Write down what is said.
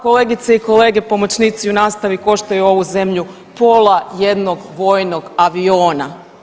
Kolegice i kolege, pomoćnici u nastavi koštaju ovu zemlju pola jednog vojnog aviona.